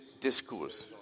discourse